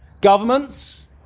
Governments